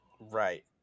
Right